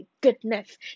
goodness